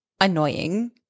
annoying